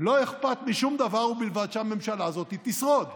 לא אכפת משום דבר, ובלבד שהממשלה הזאת תשרוד.